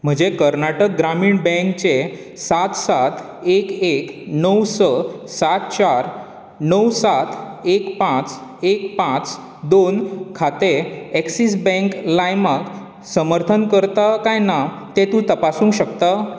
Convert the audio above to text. म्हजे कर्नाटक ग्रामीण बँकचें सात सात एक एक णव स सात चार णव सात एक पांच एक पांच दोन खातें ॲक्सीस बँक लायमाक समर्थन करता कांय ना तें तूं तपासूंक शकता